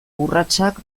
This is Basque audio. urratsak